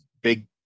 big